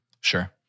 Sure